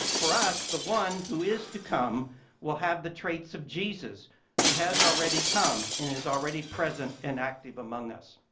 for us, the one who is to come will have the traits of jesus who has already come and is already present and active among us.